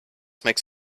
makes